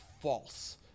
false